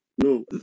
No